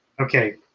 okay